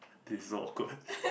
this is so awkward